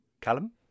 Callum